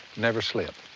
never slip.